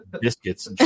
biscuits